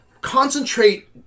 concentrate